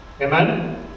Amen